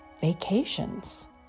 Vacations